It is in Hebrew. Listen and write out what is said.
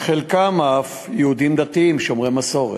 חלקם אף יהודים שומרי מסורת.